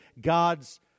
God's